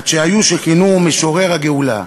עד שהיו שכינוהו "משורר הגאולה".